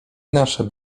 nasze